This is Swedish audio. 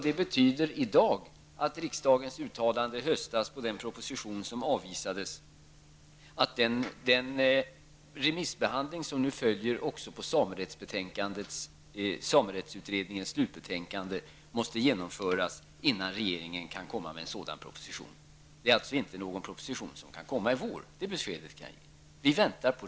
Det uttalande som riksdagen gjorde med anledning av den proposition som i höstas avvisade innebär att remissbehandlingen på samerättsutredningens slutbetänkande måste genomföras innan regeringen kan lägga fram den beställda propositionen. Den propositionen kan därför inte komma i vår -- det beskedet kan jag ge.